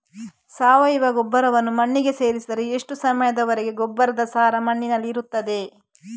ಸಾವಯವ ಗೊಬ್ಬರವನ್ನು ಮಣ್ಣಿಗೆ ಸೇರಿಸಿದರೆ ಎಷ್ಟು ಸಮಯದ ವರೆಗೆ ಗೊಬ್ಬರದ ಸಾರ ಮಣ್ಣಿನಲ್ಲಿ ಇರುತ್ತದೆ?